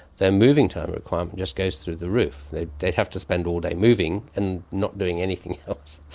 their moving time requirement just goes through the roof. they'd they'd have to spend all day moving and not doing anything else.